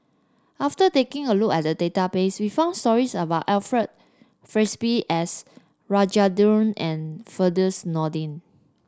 after taking a look at the database we found stories about Alfred Frisby S Rajendran and Firdaus Nordin